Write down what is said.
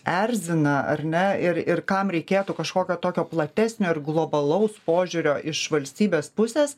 erzina ar ne ir ir kam reikėtų kažkokio tokio platesnio ir globalaus požiūrio iš valstybės pusės